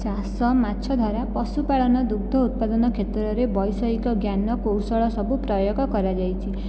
ଚାଷ ମାଛଧରା ପଶୁପାଳନ ଦୁଗ୍ଧ ଉତ୍ପାଦନ କ୍ଷେତ୍ରରେ ବୈଷୟିକ ଜ୍ଞାନ କୌଶଳ ସବୁ ପ୍ରୟୋଗ କରାଯାଇଛି